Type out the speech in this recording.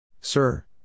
Sir